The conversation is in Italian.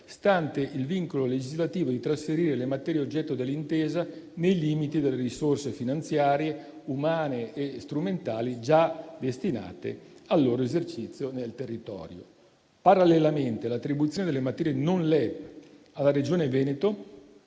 stante il vincolo legislativo di trasferire le materie oggetto dell'intesa nei limiti delle risorse finanziarie, umane e strumentali già destinate al loro esercizio nel territorio. Parallelamente, l'attribuzione delle materie non LEP alla Regione Veneto